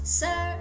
sir